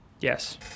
Yes